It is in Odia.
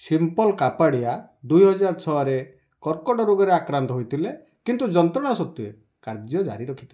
ସିମ୍ପଲ୍ କାପାଡ଼ିଆ ଦୁଇ ହଜାର ଛଅରେ କର୍କଟ ରୋଗରେ ଆକ୍ରାନ୍ତ ହୋଇଥିଲେ କିନ୍ତୁ ଯନ୍ତ୍ରଣା ସତ୍ତ୍ୱେ କାର୍ଯ୍ୟ ଜାରି ରଖିଥିଲେ